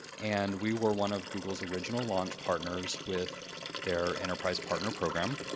and we were one of google's original launch partners with their enterprise partner program.